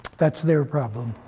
that's their problem.